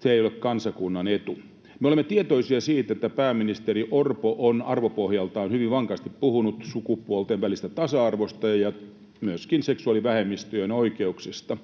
Se ei ole kansakunnan etu. Me olemme tietoisia siitä, että pääministeri Orpo on arvopohjaltaan hyvin vankasti puhunut sukupuolten välisestä tasa-arvosta ja myöskin seksuaalivähemmistöjen oikeuksista,